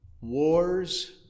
wars